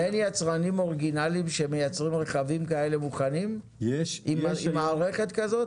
אין יצרנים אורגינליים שמייצרים רכבים כאלה מוכנים עם מערכת כזאת?